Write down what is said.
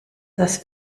das